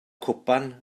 cwpan